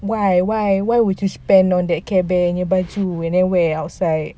why why why would you spend on that care bear baju and then wear outside